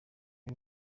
y’u